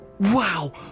Wow